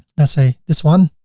let's say this one,